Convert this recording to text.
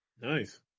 Nice